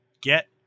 get